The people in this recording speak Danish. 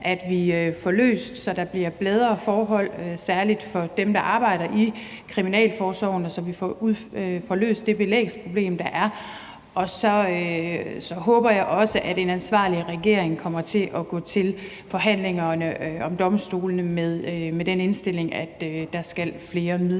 at vi får løst, så der bliver bedre forhold, særligt for dem, der arbejder i kriminalforsorgen, og så vi får løst det belægsproblem, der er. Og så håber jeg også, at en ansvarlig regering kommer til at gå til forhandlingerne om domstolene med den indstilling, at der skal flere midler